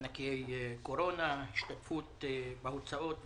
מענקי קורונה, השתתפות בהוצאות וכולי.